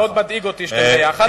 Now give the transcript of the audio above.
זה מאוד מדאיג אותי שאתם ביחד,